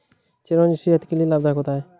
चिरौंजी सेहत के लिए लाभदायक होता है